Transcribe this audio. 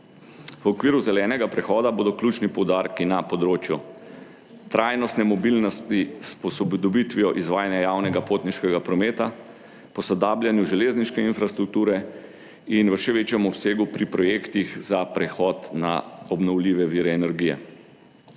V okviru zelenega prehoda bodo ključni poudarki na področju trajnostne mobilnosti s posodobitvijo izvajanja javnega potniškega prometa, posodabljanju železniške infrastrukture in v še večjem obsegu pri projektih za prehod na obnovljive vire energije.